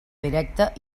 directa